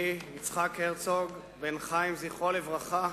אני, יצחק הרצוג, בן חיים, זכרו לברכה,